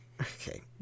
Okay